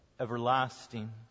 everlasting